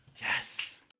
Yes